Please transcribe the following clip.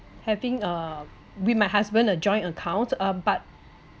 having uh with my husband a joint account uh but